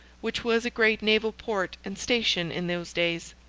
which was a great naval port and station in those days.